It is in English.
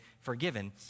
forgiven